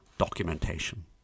documentation